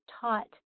taught